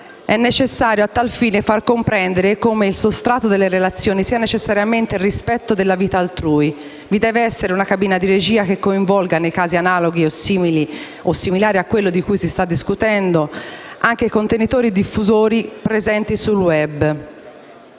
È necessario a tal fine far comprendere come il sostrato delle relazioni sia necessariamente il rispetto della vita altrui. Vi deve essere una cabina di regia che coinvolga, nei casi analoghi, simili o similari a quello di cui si sta discutendo, anche i contenitori e diffusori presenti sul *web*.